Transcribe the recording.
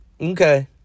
Okay